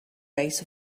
base